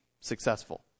successful